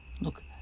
Look